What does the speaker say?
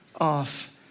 off